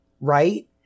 right